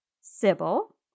Sybil